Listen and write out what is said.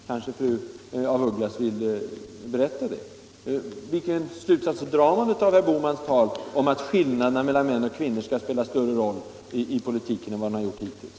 Kanske fru af Ugglas vill berätta det. Vilken slutsats drar man av herr Bohmans tal om att skillnaderna mellan män och kvinnor skall spela större roll i politiken än vad de har gjort hittills?